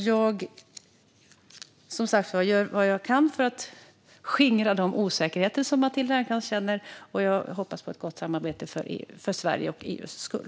Jag gör som sagt vad jag kan för att skingra den osäkerhet som Matilda Ernkrans känner, och jag hoppas på ett gott samarbete för Sveriges och för EU:s skull.